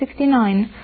1969